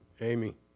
Amy